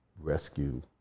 rescue